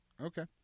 Okay